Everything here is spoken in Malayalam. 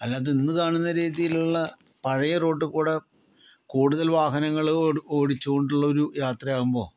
അല്ലാതെ ഇന്ന് കാണുന്ന രീതിയിലുള്ള പഴയ റോഡിൽകൂടി കൂടുതൽ വാഹനങ്ങള് ഓടിച്ചുകൊണ്ടുള്ള ഒരു യാത്രയാവുമ്പോൾ